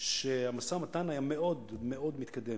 שהמשא-ומתן היה מאוד מאוד מתקדם.